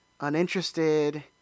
uninterested